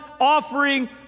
offering